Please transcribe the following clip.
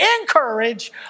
encourage